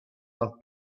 off